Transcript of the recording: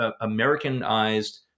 americanized